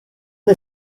una